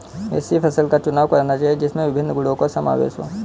ऐसी फसल का चुनाव करना चाहिए जिसमें विभिन्न गुणों का समावेश हो